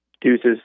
Deuce's